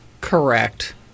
Correct